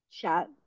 chat